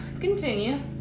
continue